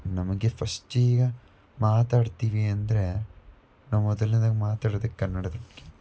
ನಮಗೆ ಫಸ್ಟ್ ಈಗ ಮಾತಾಡ್ತೀವಿ ಅಂದರೆ ನಾವು ಮೊದಲ್ನೇದಾಗ ಮಾತಾಡೋದೇ ಕನ್ನಡದ ಬಗ್ಗೆ